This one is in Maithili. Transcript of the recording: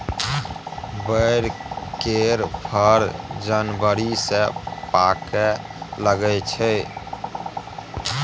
बैर केर फर जनबरी सँ पाकय लगै छै